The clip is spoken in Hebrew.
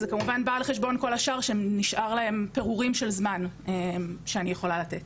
זה כמובן בא על חשבון כל השאר שנשאר להם פירורים של זמן שאני יכולה לתת.